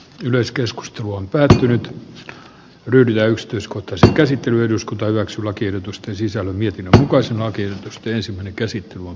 yleiskeskustelu on päätynyt lyydiä yksityiskohtaista käsittelyä eduskunta hyväksyy lakiehdotusten sisällön ja valkoisen lakin joutaisi olla pois